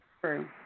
True